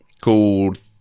called